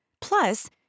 Plus